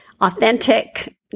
authentic